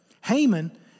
Haman